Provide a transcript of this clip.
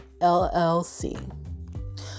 LLC